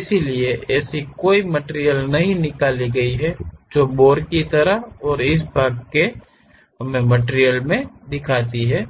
इसलिए ऐसी कोई मटिरियल नहीं निकाली गई है जो बोर की तरह है और इस भाग में हम मटिरियल रखते हैं